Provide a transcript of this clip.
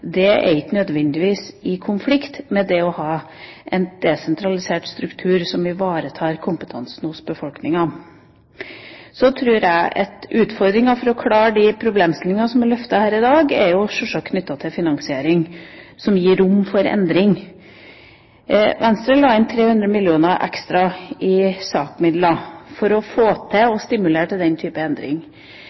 – er ikke nødvendigvis i konflikt med det å ha en desentralisert struktur som ivaretar kompetansen hos befolkninga. Så tror jeg at utfordringa for å klare de problemstillingene som er løftet her i dag, sjølsagt er knyttet til finansiering som gir rom for endring. Venstre la inn 300 mill. kr ekstra i SAK-midler for å få til å stimulere til den type endring.